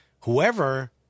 Whoever